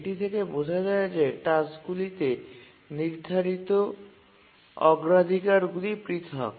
এটি থেকে বোঝা যায় যে টাস্কগুলিতে নির্ধারিত অগ্রাধিকারগুলি পৃথক